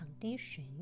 condition